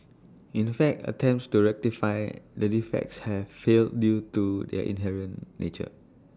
in fact attempts to rectify the defects have failed due to their inherent nature